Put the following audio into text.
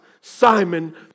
Simon